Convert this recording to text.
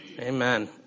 Amen